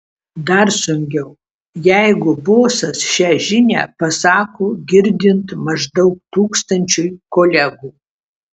dar sunkiau jeigu bosas šią žinią pasako girdint maždaug tūkstančiui kolegų